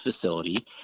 facility